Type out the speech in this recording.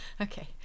Okay